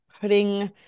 putting